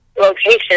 location